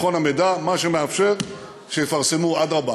ביטחון המידע, מה שאפשר, שיפרסמו, אדרבה.